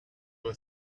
were